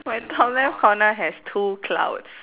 my top left corner has two clouds